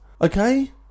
Okay